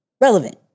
relevant